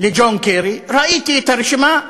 לג'ון קרי, ראיתי את הרשימה.